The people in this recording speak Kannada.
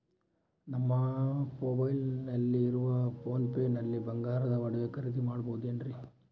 ನಮ್ಮ ಮೊಬೈಲಿನಾಗ ಇರುವ ಪೋನ್ ಪೇ ನಲ್ಲಿ ಬಂಗಾರದ ಒಡವೆ ಖರೇದಿ ಮಾಡಬಹುದೇನ್ರಿ?